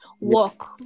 work